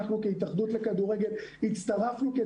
וההתאחדות לכדורגל הצטרפה לזה,